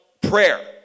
prayer